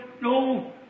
no